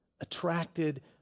attracted